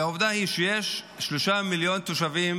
והעובדה היא שיש שלושה מיליון תושבים